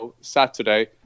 Saturday